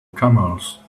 camels